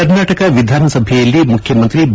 ಕರ್ನಾಟಕ ವಿಧಾನಸಭೆಯಲ್ಲಿ ಮುಖ್ಯಮಂತ್ರಿ ಬಿ